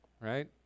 right